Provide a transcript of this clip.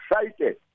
excited